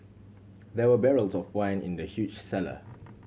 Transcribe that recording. there were barrels of wine in the huge cellar